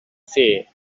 fer